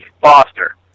Foster